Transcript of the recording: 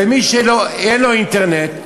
ומי שאין לו אינטרנט?